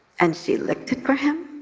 and she licked it for him,